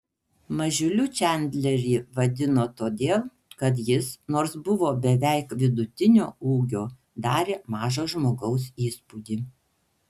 mažiuliu čandlerį vadino todėl kad jis nors buvo beveik vidutinio ūgio darė mažo žmogaus įspūdį